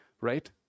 Right